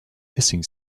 hissing